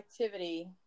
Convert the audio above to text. activity